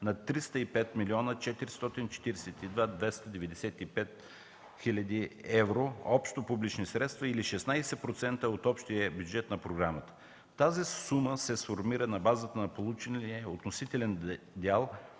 на 305 млн. 442 хил. 295 евро общо публични средства или 16% от общия бюджет на програмата. Тази сума се сформира на базата на получения относителен дял